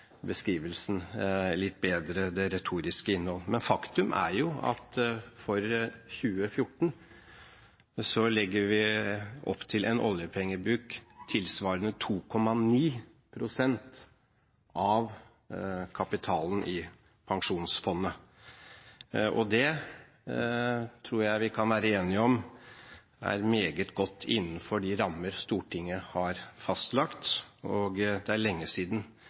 beskrivelsen – det retoriske innhold – litt bedre. Faktum er at vi for 2014 legger opp til en oljepengebruk tilsvarende 2,9 pst. av kapitalen i pensjonsfondet. Det tror jeg vi kan være enige om er godt innenfor de rammer Stortinget har fastlagt. Og det er lenge siden